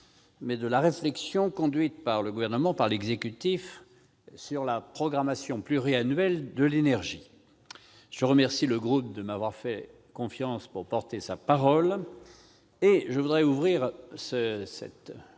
mais de la réflexion conduite par le Gouvernement sur la programmation pluriannuelle de l'énergie, la PPE. Je remercie le groupe de m'avoir fait confiance pour porter sa parole.